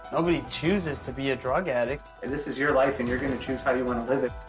nobody chooses to be a drug addict. and this is your life, and you're gonna choose how you wanna live it.